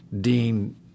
Dean –